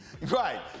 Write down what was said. Right